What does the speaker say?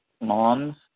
moms